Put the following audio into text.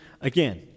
again